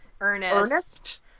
Ernest